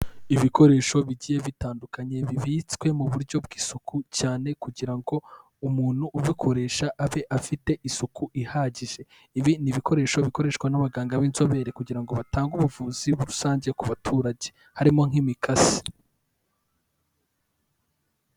Ibikoresho bigiye bitandukanye bibitswe mu buryo bw'isuku cyane kugira ngo umuntu ubikoresha abe afite isuku ihagije, ibi ni ibikoresho bikoreshwa n'abaganga b'inzobere kugira ngo batange ubuvuzi rusange ku baturage, harimo nk'imikasi.